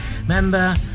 remember